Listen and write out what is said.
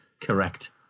correct